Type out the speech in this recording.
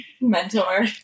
mentor